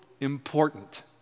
important